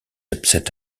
upset